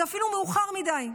זה אפילו מאוחר מדי.